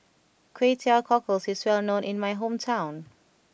Kway Teow Cockles is well known in my hometown